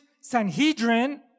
Sanhedrin